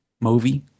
Movie